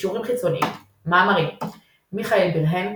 קישורים חיצוניים מאמרים מיכאל בירנהק,